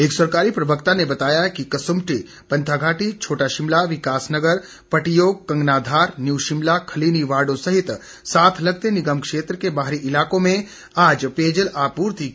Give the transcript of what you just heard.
एक सरकारी प्रवक्ता ने बताया है कि कसुम्पटी पंथाघाटी छोटा शिमला विकासनगर पटियोग कंगनाधार न्यू शिमला खलीणी वार्डों सहित साथ लगते निगम क्षेत्र के बाहरी इलाकों में आज पेयजल आपूर्ति की जाएगी